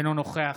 אינו נוכח